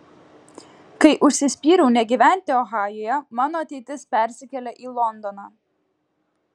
kai užsispyriau negyventi ohajuje mano ateitis persikėlė į londoną